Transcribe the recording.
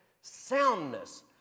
soundness